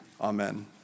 Amen